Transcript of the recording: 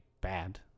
bad